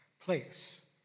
place